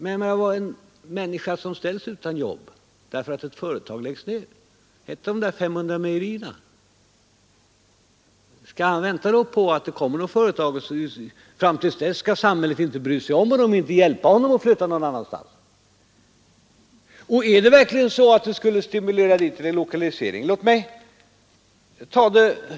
Skall en person som ställs utan jobb därför att ett företag läggs ner, t.ex. ett av de 500 mejerierna, vänta på att det kommer ett annat företag i stället? Skall inte samhället under tiden bry sig om honom och ge honom hjälp att flytta någon annanstans? Skulle ett sådant handlande stimulera till lokalisering?